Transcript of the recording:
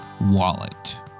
wallet